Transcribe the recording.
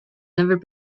never